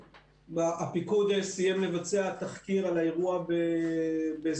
הפיקוד סיים לבצע תחקיר על האירוע בשדרות,